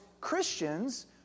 Christians